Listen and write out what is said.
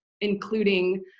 including